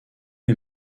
les